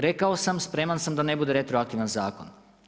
Rekao sam, spreman sam da ne bude retroaktivan zakon.